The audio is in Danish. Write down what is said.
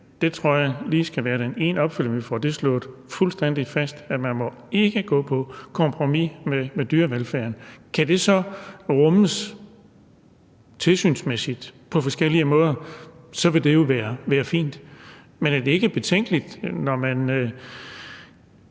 Det tror jeg lige der skal følges op på, så vi får slået fuldstændig fast, at man ikke må gå på kompromis med dyrevelfærden. Kan det så rummes tilsynsmæssigt på forskellige måder, vil det være fint. Men er det ikke betænkeligt, når man